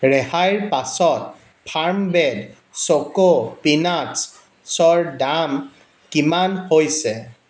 ৰেহাইৰ পাছত ফাৰ্মবেদা চোকো পিনাট্ছৰ দাম কিমান হৈছে